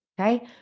Okay